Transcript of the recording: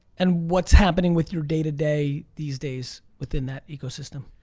and what's happening with your day-to-day these days within that ecosystem?